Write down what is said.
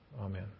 Amen